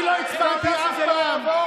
אני לא הצבעתי אף פעם.